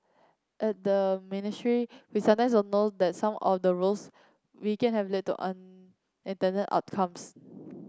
at the ministry we sometimes don't know that some of the rules we can have lead to unintended outcomes